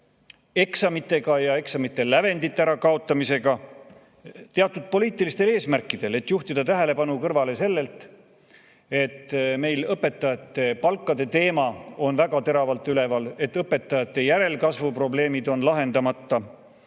eksamitega ja eksamite lävendite ärakaotamisega teatud poliitilistel eesmärkidel, et juhtida tähelepanu kõrvale sellelt, et meil õpetajate palkade teema on väga teravalt üleval, õpetajate järelkasvu probleemid on lahendamata,